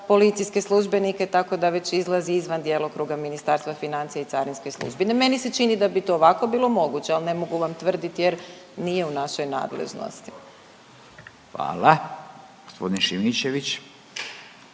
policijske službenike, tako da već izlazi izvan djelokruga Ministarstva financija i carinskih službi. Meni se čini da bi to ovako bilo moguće, ali ne mogu vam tvrdit jer nije u našoj nadležnosti. **Radin, Furio